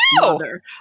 mother